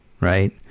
right